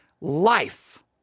life